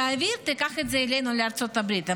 תעביר ותיקח את זה אלינו לארצות הברית.